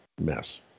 mess